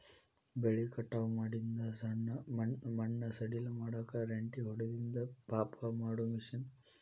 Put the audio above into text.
ಬೆಳಿ ಕಟಾವ ಮಾಡಿಂದ ಮಣ್ಣ ಸಡಿಲ ಮಾಡಾಕ ರೆಂಟಿ ಹೊಡದಿಂದ ಸಾಪ ಮಾಡು ಮಿಷನ್